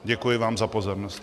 Děkuji vám za pozornost.